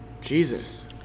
Jesus